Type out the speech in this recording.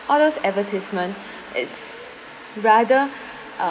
outdoor advertisement is rather uh